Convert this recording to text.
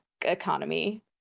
economy